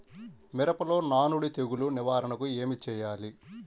మిరపలో నానుడి తెగులు నివారణకు ఏమి చేయాలి?